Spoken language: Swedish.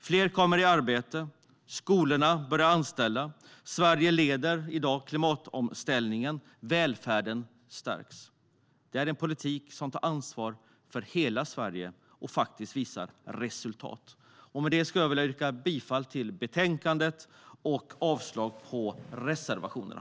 Fler kommer i arbete. Skolorna börjar anställa. Sverige leder i dag klimatomställningen. Välfärden stärks. Det är en politik som tar ansvar för hela Sverige och faktiskt visar resultat. Med detta vill jag yrka bifall till utskottets förslag och avslag på reservationerna.